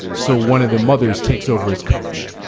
so one of the mothers takes over his coach,